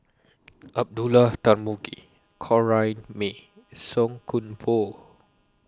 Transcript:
Abdullah Tarmugi Corrinne May and Song Koon Poh